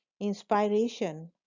inspiration